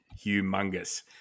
humongous